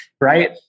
right